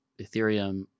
Ethereum